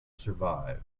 survive